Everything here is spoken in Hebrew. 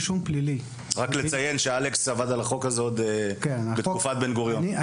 רק לציין שאלכס עבד על החוק הזה עוד בתקופת בן גוריון.